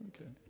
Okay